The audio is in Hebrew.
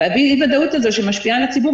והאי-ודאות הזו שמשפיעה על הציבור,